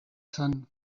zen